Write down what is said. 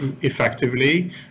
effectively